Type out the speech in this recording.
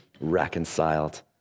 reconciled